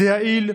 זה יעיל,